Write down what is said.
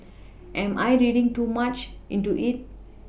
am I reading too much into it